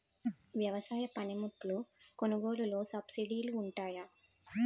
వ్యవసాయ పనిముట్లు కొనుగోలు లొ సబ్సిడీ లు వుంటాయా?